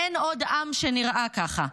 אין עוד עם שנראה ככה.